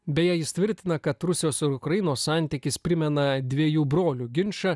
beje jis tvirtina kad rusijos ir ukrainos santykis primena dviejų brolių ginčą